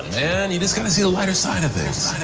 and you just gotta see the lighter side of things.